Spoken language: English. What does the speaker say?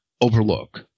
overlook